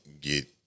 get –